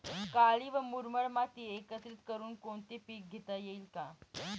काळी व मुरमाड माती एकत्रित करुन कोणते पीक घेता येईल का?